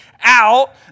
out